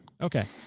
Okay